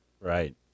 Right